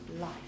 life